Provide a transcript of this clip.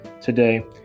today